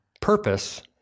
purpose